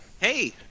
Hey